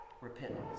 Repentance